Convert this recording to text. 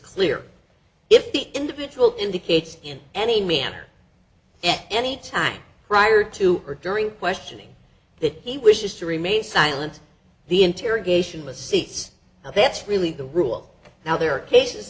clear if the individual indicates in any manner at any time prior to or during questioning that he wishes to remain silent the interrogation was seats and that's really the rule now there are cases